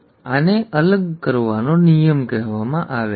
અને આને અલગ કરવાનો નિયમ કહેવામાં આવે છે